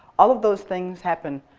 all of those things happen.